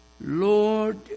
Lord